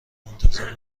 منتظر